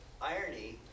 irony